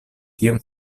tiom